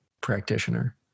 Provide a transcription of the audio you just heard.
practitioner